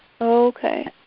Okay